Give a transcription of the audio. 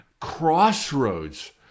crossroads